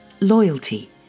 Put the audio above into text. Loyalty